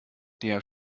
der